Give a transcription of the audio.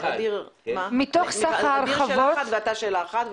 ע'אדיר שאלה אחת ואתה שאלה אחת.